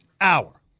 hour